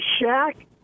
shack